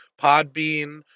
Podbean